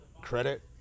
credit